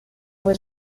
was